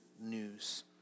news